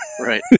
Right